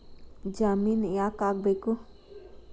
ಜಾಮಿನ್ ಯಾಕ್ ಆಗ್ಬೇಕು?